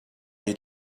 you